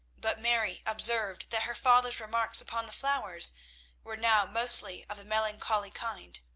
but mary observed that her father's remarks upon the flowers were now mostly of a melancholy kind.